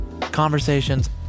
conversations